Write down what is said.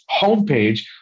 homepage